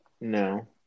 No